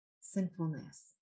sinfulness